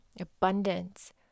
abundance